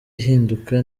igihinduka